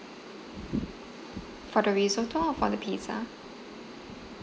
for the risotto or for the pizza